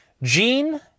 Gene